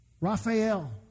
Raphael